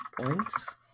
points